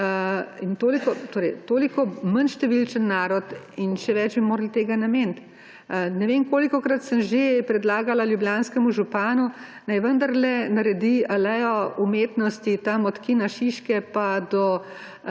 in toliko manj številčen narod in še več bi morali tega nameniti. Ne vem, kolikokrat sem že predlagala ljubljanskemu županu, naj vendarle naredi alejo umetnosti tam od Kina Šiške pa do